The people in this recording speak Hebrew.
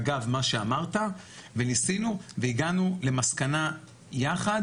אגב מה שאמרת, וניסינו, הגענו למסקנה יחד